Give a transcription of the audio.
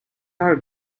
are